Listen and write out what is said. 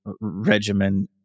regimen